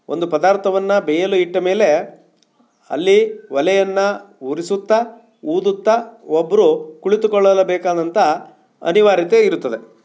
ಒಂದು ಪದಾರ್ಥವನ್ನು ಬೇಯಲು ಇಟ್ಟ ಮೇಲೆ ಅಲ್ಲಿ ಒಲೆಯನ್ನು ಉರಿಸುತ್ತಾ ಊದುತ್ತಾ ಒಬ್ಬರು ಕುಳಿತುಕೊಳ್ಳಲೇ ಬೇಕಾದಂಥ ಅನಿವಾರ್ಯತೆ ಇರುತ್ತದೆ